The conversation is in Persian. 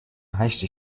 هشت